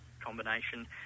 combination